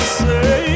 say